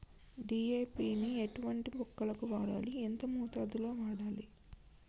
DAP ని ఎటువంటి మొక్కలకు వాడాలి? ఎంత మోతాదులో వాడాలి?